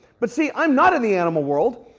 but, see, i'm not in the animal world.